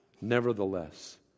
Nevertheless